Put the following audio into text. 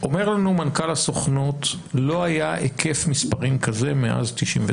מנכ"ל הסוכנות שלא היה היקף מספרים כזה מאז 1999,